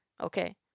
Okay